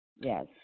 Yes